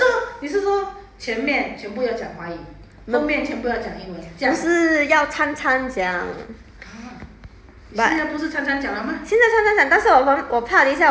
I don't know but I I think we mother no 不是要掺掺讲